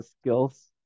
skills